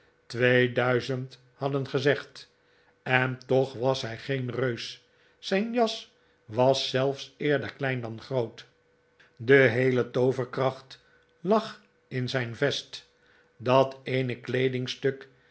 duizend hadden gezegd en toch was hij geen reus zijn jas was zelfs eerder klein dan groot de heele tooverkracht lag in zijn vest dat eene kleedingstuk